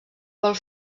pel